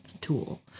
tool